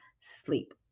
sleep